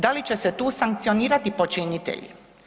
Da li će se tu sankcionirati počinitelji?